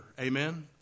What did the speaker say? Amen